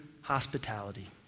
hospitality